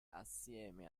assieme